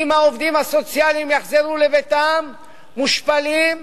אם העובדים הסוציאליים יחזרו לביתם מושפלים,